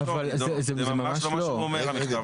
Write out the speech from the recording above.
זה ממש לא מה שהוא אומר, המכתב הזה.